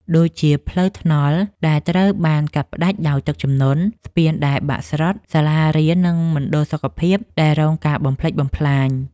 ដូចជាផ្លូវថ្នល់ដែលត្រូវបានកាត់ផ្ដាច់ដោយទឹកជំនន់ ស្ពានដែលបាក់ស្រុត សាលារៀន និងមណ្ឌលសុខភាពដែលរងការបំផ្លិចបំផ្លាញ។